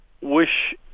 wish